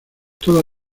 toda